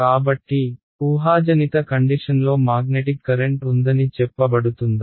కాబట్టి ఊహాజనిత కండిషన్లో మాగ్నెటిక్ కరెంట్ ఉందని చెప్పబడుతుందా